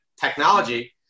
technology